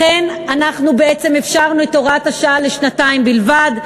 לכן אנחנו אפשרנו את הוראת השעה לשנתיים בלבד.